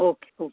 okay okay